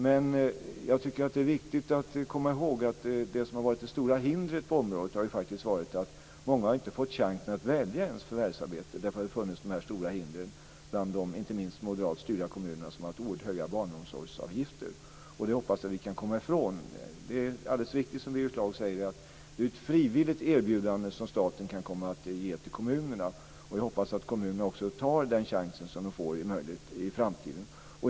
Men jag tycker att det är viktigt att komma ihåg att det som varit det stora hindret på området faktiskt varit att många inte fått chansen att ens välja ett förvärvsarbete därför att det funnits stora hinder i de inte minst moderatstyrda kommunerna, som haft oerhört höga barnomsorgsavgifter. Jag hoppas att vi kan komma ifrån dem. Det är alldeles riktigt som Birger Schlaug säger att det är ett frivilligt erbjudande som staten kan komma att ge till kommunerna, och jag hoppas att kommunerna verkligen tar den chansen som de får i framtiden.